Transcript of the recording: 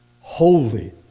Holy